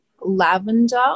lavender